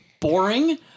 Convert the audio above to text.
boring